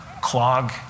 clog